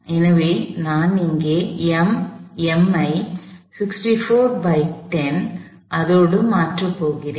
எனவே நான் இங்கே m - ஐ அதோடு மாற்றப் போகிறேன்